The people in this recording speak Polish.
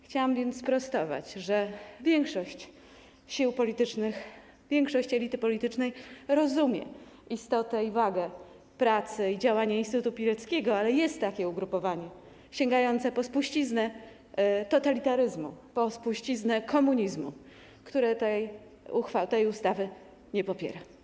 Chciałam więc sprostować, że większość sił politycznych, większość elity politycznej rozumie istotę i wagę pracy i działania instytutu Pileckiego, ale jest też ugrupowanie sięgające po spuściznę totalitaryzmu, po spuściznę komunizmu, które tej ustawy nie popiera.